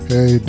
Hey